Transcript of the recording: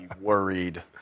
worried